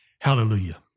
Hallelujah